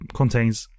contains